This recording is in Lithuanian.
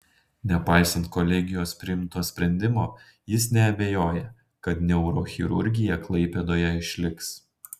nepaisant kolegijos priimto sprendimo jis neabejoja kad neurochirurgija klaipėdoje išliks